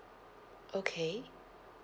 okay